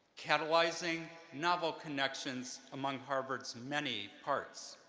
catalyzing novel connections among harvard's many parts.